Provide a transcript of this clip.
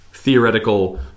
theoretical